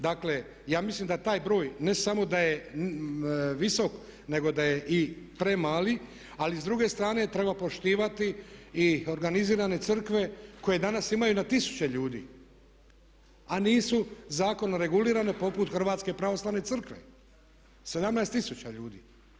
Dakle, ja mislim da taj broj ne samo da je visok nego da je i premali ali s druge strane treba poštivati i organizirane crkve koje danas imaju na tisuće ljudi pa nisu zakonom regulirane poput Hrvatske pravoslavne crkve, 17 tisuća ljudi.